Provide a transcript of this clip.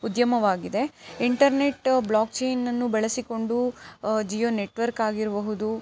ಉದ್ಯಮವಾಗಿದೆ ಇಂಟರ್ನೆಟ್ ಬ್ಲಾಕ್ಚೈನನ್ನು ಬಳಸಿಕೊಂಡು ಜಿಯೋ ನೆಟ್ವರ್ಕ್ ಆಗಿರಬಹುದು